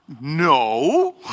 No